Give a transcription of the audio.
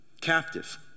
captive